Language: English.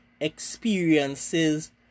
experiences